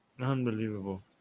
Unbelievable